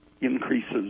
increases